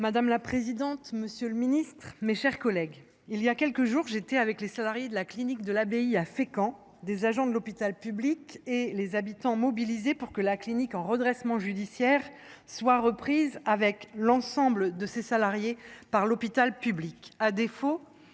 Madame la présidente, monsieur le ministre, mes chers collègues, il y a quelques jours, j’étais avec les salariés de la clinique de l’Abbaye de Fécamp, des agents de l’hôpital public et des habitants mobilisés pour que cette clinique, en redressement judiciaire, soit reprise, avec l’ensemble de ses salariés, par l’hôpital public.